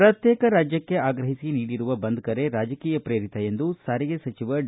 ಪ್ರತ್ಯೇಕ ರಾಜ್ಯಕ್ಷೆ ಆಗ್ರಹಿಸಿ ನೀಡಿರುವ ಬಂದ್ ಕರೆ ರಾಜಕೀಯ ಪ್ರೇರಿತ ಎಂದು ಸಾರಿಗೆ ಸಚಿವ ಡಿ